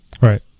Right